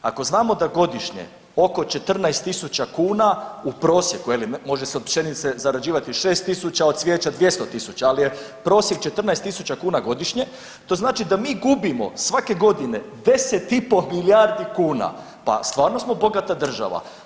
Ako znamo da godišnje oko 14.000 kuna u prosjeku je li, može se od pšenice zarađivati 6.000, a od cvijeća 200.000, al je prosjek 14.000 kuna godišnje, to znači da mi gubimo svake godine 10 i po milijardi kuna, pa stvarno smo bogata država.